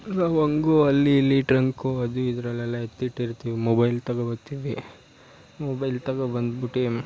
ನಾವು ಹಂಗೂ ಅಲ್ಲಿ ಇಲ್ಲಿ ಟ್ರಂಕು ಅದು ಇದರಲ್ಲೆಲ್ಲ ಎತ್ತಿಟ್ಟು ಇರ್ತೀವಿ ಮೊಬೈಲ್ ತಗೋ ಬರ್ತೀವಿ ಮೊಬೈಲ್ ತಗೋ ಬಂದ್ಬಿಟ್ಟು